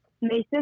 Mason